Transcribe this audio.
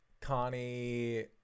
Connie